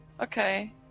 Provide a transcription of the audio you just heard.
okay